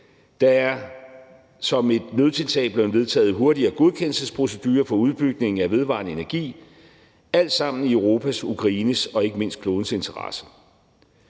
Der er som et nødtiltag blevet vedtaget hurtigere godkendelsesprocedure for udbygningen af vedvarende energi. Og det er alt sammen i Europas, Ukraines og ikke mindst klodens interesse.